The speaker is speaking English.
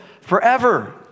forever